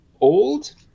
Old